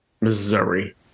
Missouri